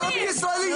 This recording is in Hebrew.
את ערבייה ישראלית.